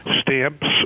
stamps